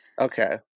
okay